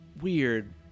weird